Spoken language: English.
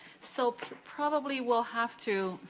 so probably, we'll have to